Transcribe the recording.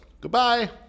goodbye